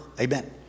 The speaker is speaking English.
Amen